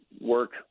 work